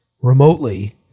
remotely